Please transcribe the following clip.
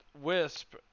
Wisp